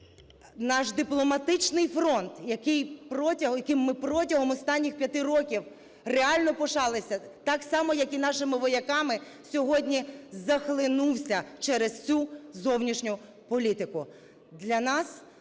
Наш дипломатичний фронт, яким ми протягом останніх 5 років реально пишалися, так само, як і нашими вояками, сьогодні захлинувся через цю зовнішню політику.